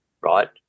Right